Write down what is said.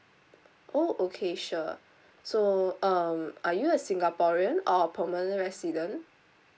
oh okay sure so um are you a singaporean or permanent resident